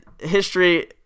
History